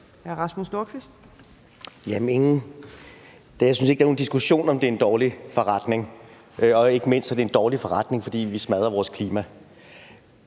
Rasmus Nordqvist (ALT): Jeg synes ikke, der er nogen diskussion om, om det er en dårlig forretning. Og ikke mindst er det en dårlig forretning, fordi vi smadrer vores klima.